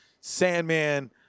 sandman